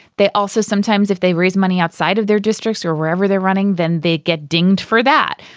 they also sometimes if they raise money outside of their districts or wherever they're running then they get dinged for that.